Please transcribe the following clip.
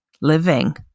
living